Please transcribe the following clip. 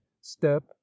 step